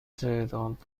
تعداد